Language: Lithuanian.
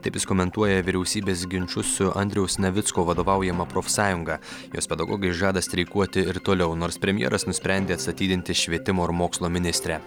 taip jis komentuoja vyriausybės ginčus su andriaus navicko vadovaujama profsąjunga jos pedagogai žada streikuoti ir toliau nors premjeras nusprendė atstatydinti švietimo ir mokslo ministrę